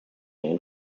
and